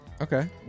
Okay